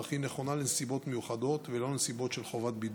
אך היא נכונה לנסיבות מיוחדות ולא נסיבות של חובת בידוד,